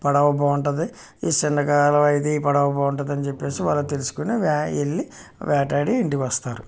పడవ బాగుంటుంది ఈ చిన్న కాలువ ఇది పడవ బాగుంటుంది అని చెప్పేసి వాళ్ళు తెలుసుకొని వ్యా వెళ్ళి వేటాడి ఇంటికొస్తారు